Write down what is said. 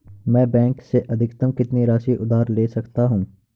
मैं बैंक से अधिकतम कितनी राशि उधार ले सकता हूँ?